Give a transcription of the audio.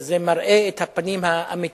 זה מראה את הפנים האמיתיות